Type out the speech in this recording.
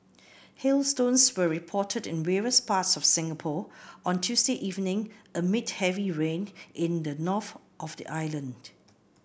hailstones were reported in various parts of Singapore on Tuesday evening amid heavy rain in the north of the island